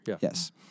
Yes